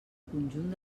conjunt